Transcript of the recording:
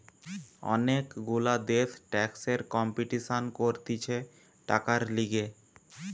অনেক গুলা দেশ ট্যাক্সের কম্পিটিশান করতিছে টাকার লিগে